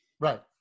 Right